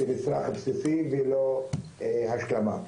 כמצרך בסיסי ולא השלמה.